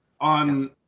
on